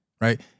right